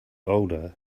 older